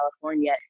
California